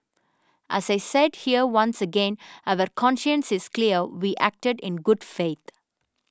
as I said here once again our conscience is clear we acted in good faith